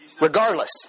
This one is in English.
Regardless